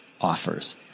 offers